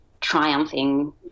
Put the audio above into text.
triumphing